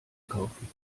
kaufen